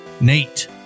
Nate